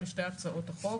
לשתי הצעות החוק.